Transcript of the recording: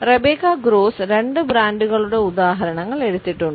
Rebecca Gross രണ്ട് ബ്രാൻഡുകളുടെ ഉദാഹരണങ്ങൾ എടുത്തിട്ടുണ്ട്